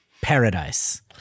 paradise